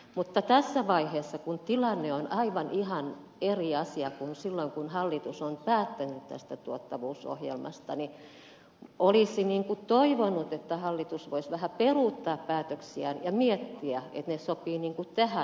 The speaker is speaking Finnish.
mutta tässä vaiheessa kun tilanne on ihan erilainen kuin silloin kun hallitus on päättänyt tästä tuottavuusohjelmasta olisi toivonut että hallitus voisi vähän peruuttaa päätöksiään ja miettiä miten ne sopivat tähän aikaan